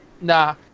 nah